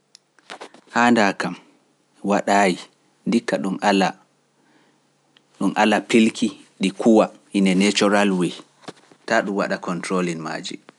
Haanda kam, wadaayi, hanndi dun ala piilki kuwa in a natural way, ta dun wada tempering maaji